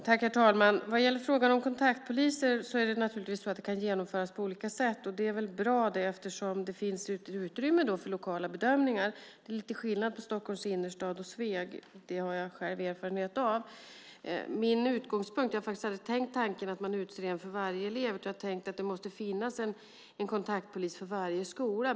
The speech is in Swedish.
Herr talman! Vad gäller frågan om kontaktpoliser kan det naturligtvis genomföras på olika sätt. Och det är väl bra, eftersom det då finns utrymme för lokala bedömningar. Det är lite skillnad på Stockholms innerstad och Sveg. Det har jag själv erfarenhet av. Jag har faktiskt aldrig tänkt tanken att man utser en kontaktpolis för varje elev, utan jag har tänkt att det måste finnas en kontaktpolis för varje skola.